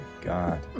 God